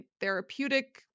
therapeutic